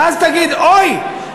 ואז תגיד: אוי,